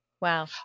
Wow